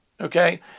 Okay